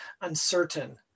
uncertain